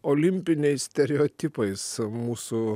olimpiniais stereotipais mūsų